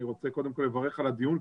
אני רוצה קודם כל לברך על הדיון,